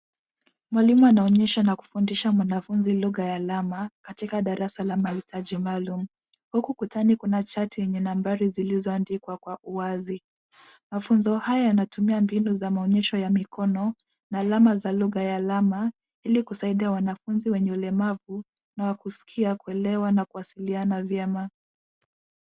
Mwalimu anaonyesha na kufundisha mwanafunzi lugha ya alama katika darasa la mahitaji maalum huku kutani kuna chati yenye nambari zilizoandikwa kwa uwazi. Mafunzo haya yanatumia mbinu za maonyesho ya mikono na alama za lugha ya alama ili kusaidia wanafunzi wenye ulemavu wa kuskia kuelewa na kuwasiliana vyema.